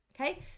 okay